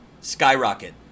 skyrocket